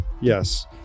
Yes